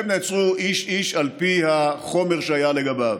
הם נעצרו איש-איש על פי החומר שהיה לגביו.